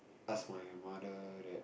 ask my mother that